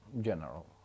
general